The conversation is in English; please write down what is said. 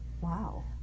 Wow